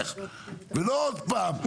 ולא עוד פעם,